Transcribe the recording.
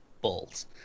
Balls